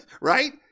right